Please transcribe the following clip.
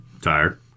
Tired